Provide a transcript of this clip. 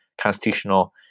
constitutional